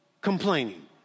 complaining